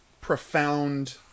profound